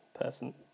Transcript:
person